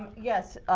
yes.